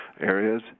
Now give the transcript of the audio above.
areas